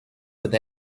with